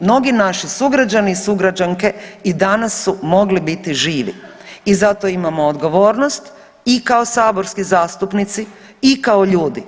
Mnogi naši sugrađani, sugrađanke i danas su mogli biti živi i zato imamo odgovornost i kao saborski zastupnici i kao ljudi.